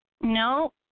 No